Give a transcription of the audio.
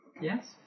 Yes